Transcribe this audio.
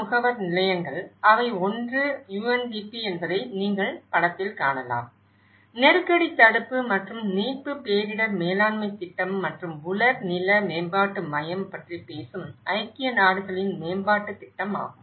முகவர் நிலையங்கள் அவை ஒன்று UNDP என்பதை நீங்கள் காணலாம் நெருக்கடி தடுப்பு மற்றும் மீட்பு பேரிடர் மேலாண்மை திட்டம் மற்றும் உலர் நில மேம்பாட்டு மையம் பற்றி பேசும் ஐக்கிய நாடுகளின் மேம்பாட்டு திட்டம் ஆகும்